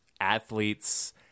athletes